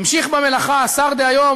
המשיך במלאכה השר דהיום,